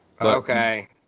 Okay